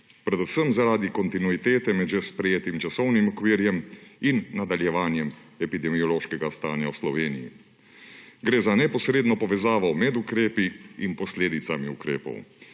predvsem zaradi kontinuitete med že sprejetim časovnim okvirom in nadaljevanjem epidemiološkega stanja v Sloveniji. Gre za neposredno povezavo med ukrepi in posledicami ukrepov,